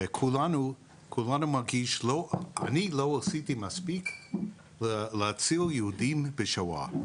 אני מרגיש שלא עשיתי מספיר כדי להציל יהודים בשואה,